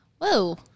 whoa